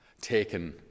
Taken